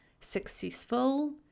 successful